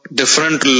different